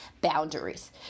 boundaries